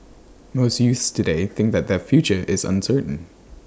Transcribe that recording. most youths today think that their future is uncertain